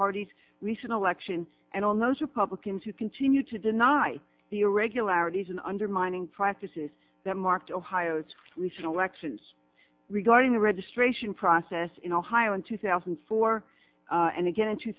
party's recent election and all those republicans who continue to deny the irregularities and undermining practices that marked ohio's regional elections regarding the registration process in ohio in two thousand and four and again in two